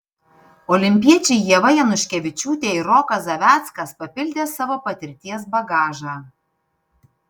olimpiečiai ieva januškevičiūtė ir rokas zaveckas papildė savo patirties bagažą